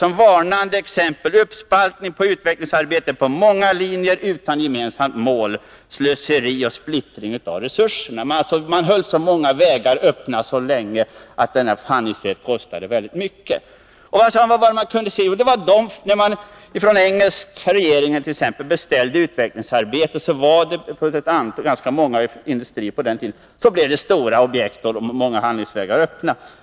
Som ett varnande exempel nämner han uppspaltning på utvecklingsarbete på många linjer utan gemensamt mål, slöseri och splittring av resurser. Man höll alltså så många vägar öppna under så lång tid att handlingsfriheten kostade väldigt mycket. Vad kunde man se mer? Jo, när t.ex. den engelska regeringen beställde utvecklingsarbete så var ganska många industrier inblandade. Det blev stora objekt, och många handlingsvägar hölls öppna.